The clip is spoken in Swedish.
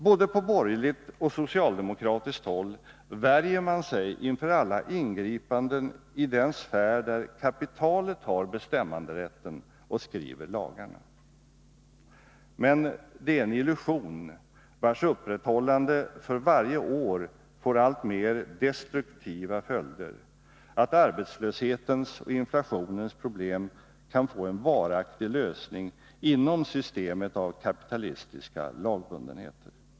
Såväl på borgerligt som på socialdemokratiskt håll värjer man sig inför alla ingripanden i den sfär där kapitalet har bestämmanderätten och skriver lagarna. Men det är en illusion, vars upprätthållande för varje år får alltmer destruktiva följder, att arbetslöshetens och inflationens problem kan få en varaktig lösning inom systemet av kapitalistiska lagbundenheter.